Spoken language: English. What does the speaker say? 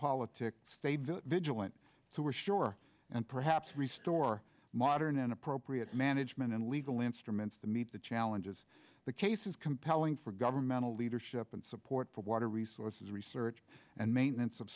the vigilant so we're sure and perhaps restore modern and appropriate management and legal instruments to meet the challenges the case is compelling for governmental leadership and support for water resources research and maintenance of